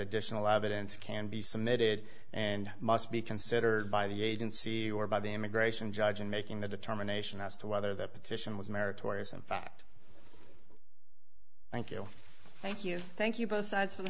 additional evidence can be submitted and must be considered by the agency or by the immigration judge in making the determination as to whether that petition was meritorious in fact thank you thank you thank you both sides